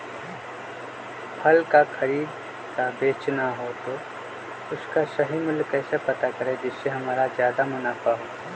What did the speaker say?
फल का खरीद का बेचना हो तो उसका सही मूल्य कैसे पता करें जिससे हमारा ज्याद मुनाफा हो?